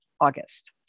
August